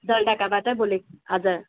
जलढकाबाट बोलेको हजुर